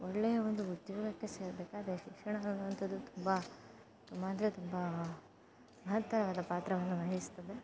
ಒಳ್ಳೆಯ ಒಂದು ಉದ್ಯೋಗಕ್ಕೆ ಸೇರಬೇಕಾದ್ರೆ ಶಿಕ್ಷಣ ಅನ್ನುವಂತದ್ದು ತುಂಬ ತುಂಬ ಅಂದರೆ ತುಂಬ ಮಹತ್ತರವಾದ ಪಾತ್ರವನ್ನು ವಹಿಸ್ತದೆ